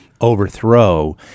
overthrow